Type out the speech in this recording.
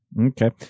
okay